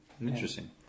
Interesting